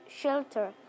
shelter